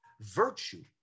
Virtue